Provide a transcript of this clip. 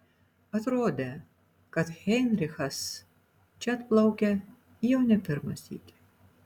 atrodė kad heinrichas čia atplaukia jau ne pirmą sykį